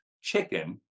chicken